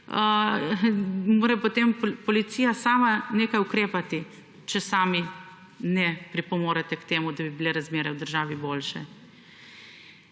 mora potem policija sama nekaj ukrepati, če sami ne pripomorete k temu, da bi bile razmer v državi boljše.